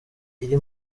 iri